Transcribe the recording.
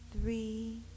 three